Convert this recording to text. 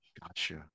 gotcha